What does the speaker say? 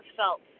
felt